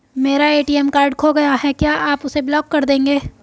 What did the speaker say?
मेरा ATM card खो गया है क्या आप उसे ब्लॉक कर देंगे?